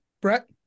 Brett